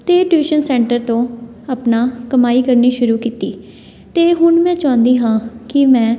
ਅਤੇ tuition centre ਤੋਂ ਆਪਣਾ ਕਮਾਈ ਕਰਨੀ ਸ਼ੁਰੂ ਕੀਤੀ ਅਤੇ ਹੁਣ ਮੈਂ ਚਾਹੁੰਦੀ ਹਾਂ ਕਿ ਮੈਂ